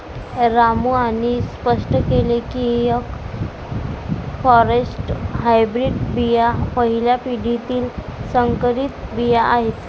रामू यांनी स्पष्ट केले की एफ फॉरेस्ट हायब्रीड बिया पहिल्या पिढीतील संकरित बिया आहेत